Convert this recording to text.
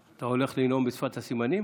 אתה הולך לנאום בשפת הסימנים?